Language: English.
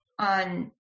on